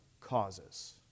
causes